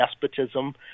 despotism